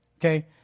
okay